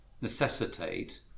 necessitate